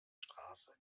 straße